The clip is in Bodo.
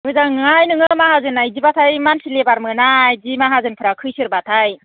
मोजां नङाहाय नोङो माहाजोना बिदिबाथाय मानसि लेभार मोना बिदि माहाजोनफ्रा खैसारबाथाय